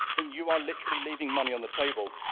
then you are literally leaving money on the table.